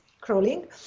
crawling